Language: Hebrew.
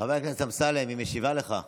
חבר הכנסת אמסלם, היא משיבה לך.